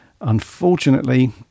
unfortunately